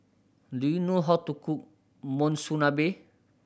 do you know how to cook Monsunabe